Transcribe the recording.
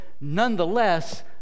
nonetheless